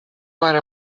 write